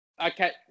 Okay